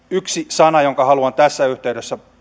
yksi sana jota haluan tässä yhteydessä